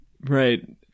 Right